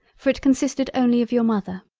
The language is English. for it consisted only of your mother.